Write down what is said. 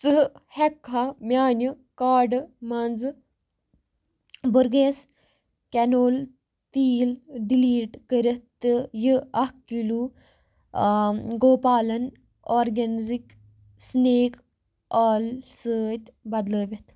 ژٕ ہیٚککھا میانہِ کارڈ مَنٛزٕ بورگِس کینول تیٖل ڈِلیٖٹ کٔرِتھ تہٕ یہِ اَکھ کِلوٗ گوپالن آرگینزِک سٕنیک آل سۭتۍ بدلٲوِتھ